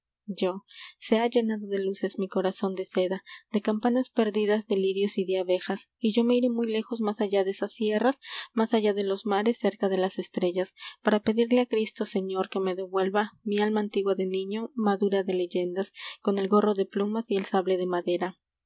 yo se ha llenado de luces mi corazón de seda de campanas perdidas de lirios y de abejas y yo me iré muy lejos más allá de esas sierras más allá de los mares cerca de las estrellas para pedirle a cristo señor que me devuelva mi alma antigua de niño madura de leyendas con el gorro de plumas y el sable de madera